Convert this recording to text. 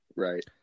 Right